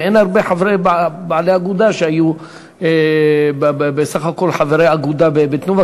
ואין הרבה חברי אגודה שהיו בסך הכול חברי אגודה ב"תנובה",